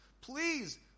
Please